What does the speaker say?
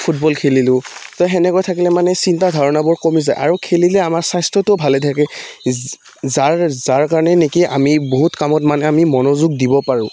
football খেলিলোঁ তো সেনেকৈ থাকিলে মানে এই চিন্তা ধাৰণাবোৰ কমি যায় আৰু খেলিলে আমাৰ স্বাস্থ্যটো ভালে থাকে যাৰ যাৰ কাৰণে নেকি আমি বহুত কামত মানে আমি মনোযোগ দিব পাৰোঁ